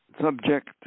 subject